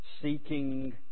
seeking